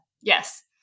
yes